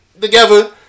together